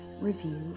review